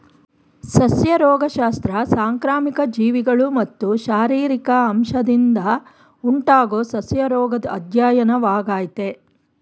ಸಸ್ಯ ರೋಗಶಾಸ್ತ್ರ ಸಾಂಕ್ರಾಮಿಕ ಜೀವಿಗಳು ಮತ್ತು ಶಾರೀರಿಕ ಅಂಶದಿಂದ ಉಂಟಾಗೊ ಸಸ್ಯರೋಗದ್ ಅಧ್ಯಯನವಾಗಯ್ತೆ